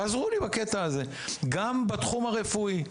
תעזרו לי בקטע הזה, גם בתחום הרפואי.